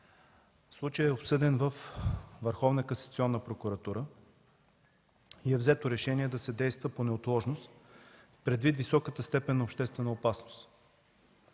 прокуратура и е взето решение да се действа по неотложност предвид високата степен на обществена опасност.